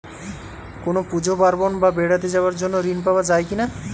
কোনো পুজো পার্বণ বা বেড়াতে যাওয়ার জন্য ঋণ পাওয়া যায় কিনা?